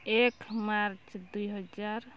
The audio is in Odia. ଏକ ମାର୍ଚ୍ଚ ଦୁଇହଜାର